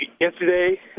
yesterday